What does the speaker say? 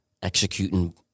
executing